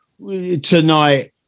tonight